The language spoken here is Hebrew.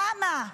למה?